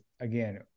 again